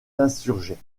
insurgés